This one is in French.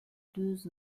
deux